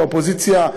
באופוזיציה,